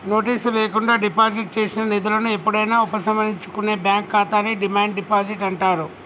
notice లేకుండా deposit చేసిన నిధులను ఎప్పుడైనా ఉపసంహరించుకునే బ్యాంక్ ఖాతాని డిమాండ్ డిపాజిట్ అంటారు